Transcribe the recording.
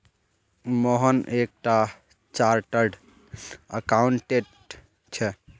मोहन एक टा chartered accountant छे